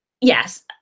yes